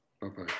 Bye-bye